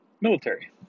military